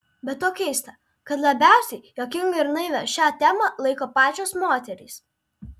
be to keista kad labiausiai juokinga ir naivia šią temą laiko pačios moterys